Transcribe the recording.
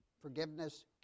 Forgiveness